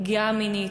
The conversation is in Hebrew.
הפגיעה המינית,